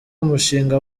umushinga